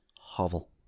hovel